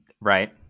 Right